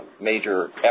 Major